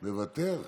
מוותר,